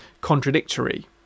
contradictory